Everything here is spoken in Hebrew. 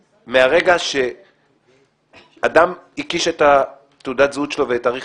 מהרגע שאדם הקיש את מספר הזהות שלו ואת תאריך